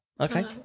Okay